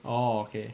oh okay